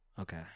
Okay